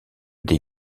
des